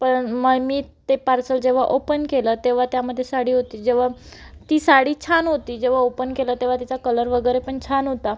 पळण मग मी ते पार्सल जेव्हा ओपन केलं तेव्हा त्यामध्ये साडी होती जेव्हा ती साडी छान होती जेव्हा ओपन केलं तेव्हा त्याचा कलर वगैरे पण छान होता